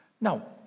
Now